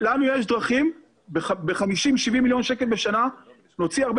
לנו יש דרכים ב-50 70 מיליון שקל בשנה להוציא הרבה